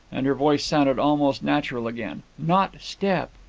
and her voice sounded almost natural again. not step.